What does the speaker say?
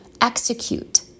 execute